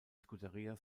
scuderia